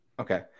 Okay